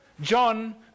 John